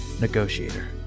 negotiator